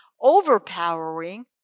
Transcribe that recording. overpowering